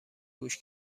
گوش